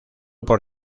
por